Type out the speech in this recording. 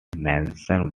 mentioned